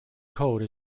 code